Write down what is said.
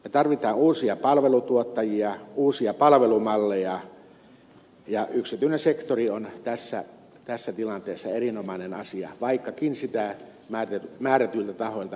me tarvitsemme uusia palvelutuottajia uusia palvelumalleja ja yksityinen sektori on tässä tilanteessa erinomainen asia vaikkakin sitä naiset merkille tao ja